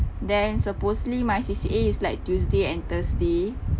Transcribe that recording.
then supposedly my C_C_A is like tuesday and thursday